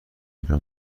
اجرا